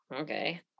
okay